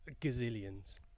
Gazillions